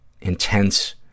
intense